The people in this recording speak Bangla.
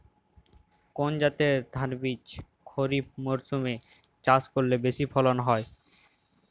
কোন জাতের ধানবীজ খরিপ মরসুম এ চাষ করলে বেশি ফলন হয়?